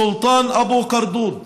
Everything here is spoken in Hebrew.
סולטאן אבו גרדוד,